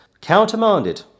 countermanded